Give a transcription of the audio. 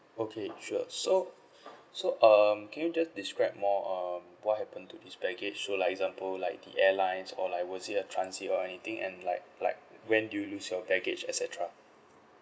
okay sure so so um can you just describe more um what happened to this baggage so like example like the airlines or like was it a transit or anything and like like when do you lose your baggage et cetera